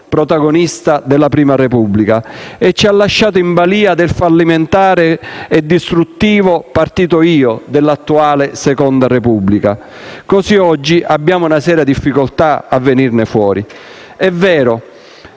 protagonista della Prima Repubblica, e ci ha lasciato in balia del fallimentare e distruttivo partito Io dell'attuale Seconda Repubblica. Così oggi abbiamo una seria difficoltà a venirne fuori. È vero